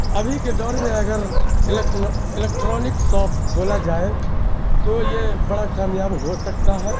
ابھی کے دور میں اگر الٹ الیکٹرانک ساپ کھولا جائے تو یہ بڑا کامیاب ہو سکتا ہے